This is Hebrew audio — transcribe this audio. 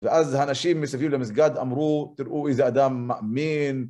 ואז אנשים מסביב למסגד אמרו, תראו איזה אדם מאמין